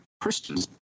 Christians